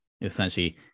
Essentially